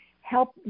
help